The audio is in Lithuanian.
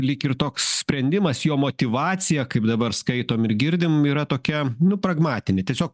lyg ir toks sprendimas jo motyvacija kaip dabar skaitom ir girdim yra tokia nu pragmatinė tiesiog